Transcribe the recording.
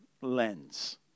lens